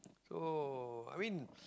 so I mean